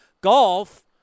Golf